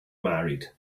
married